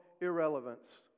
irrelevance